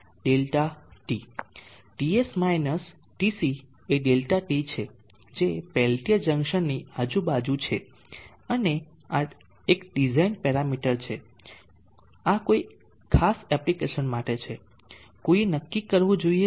ΔT TS minus TC એ ΔT છે જે પેલ્ટીયર જંકશનની આજુ બાજુ છે અને આ એક ડિઝાઇન પેરામીટર છે આ કોઈ ખાસ એપ્લિકેશન માટે છે કોઈએ નક્કી કરવું જોઈએ કે ΔT કેટલું હોવું જોઈએ